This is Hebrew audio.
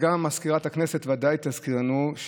מזכירת הכנסת ודאי תזכיר לנו,